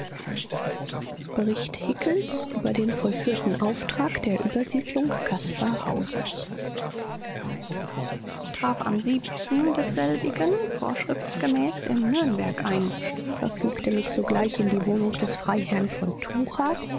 hickels über den vollführten auftrag der übersiedlung caspar hausers ich traf am desselbigen vorschriftsmäßig in nürnberg ein verfügte mich sogleich in die wohnung des freiherrn von